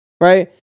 right